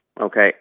Okay